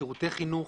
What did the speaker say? שירותי חינוך.